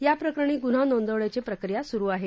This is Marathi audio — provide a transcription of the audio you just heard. याप्रकरणी गुन्हा नोंदवण्याची प्रक्रिया सुरू आहे